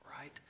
right